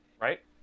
Right